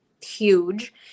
huge